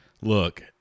Look